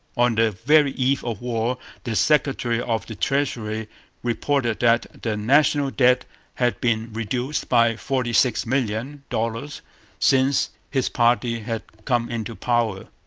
on the very eve of war the secretary of the treasury reported that the national debt had been reduced by forty-six million dollars since his party had come into power.